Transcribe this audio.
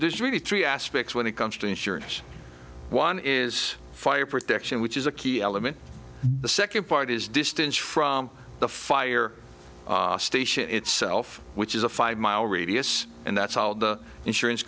there's really three aspects when it comes to insurance one is fire protection which is a key element the second part is distance from the fire station itself which is a five mile radius and that's all the insurance